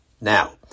Now